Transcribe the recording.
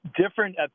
different